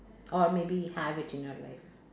or maybe have it in your life